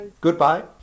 Goodbye